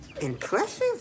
Impressive